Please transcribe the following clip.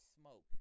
smoke